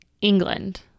England